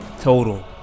Total